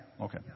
Okay